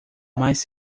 mas